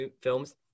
films